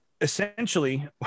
Essentially